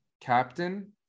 captain